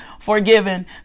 forgiven